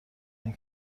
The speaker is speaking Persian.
این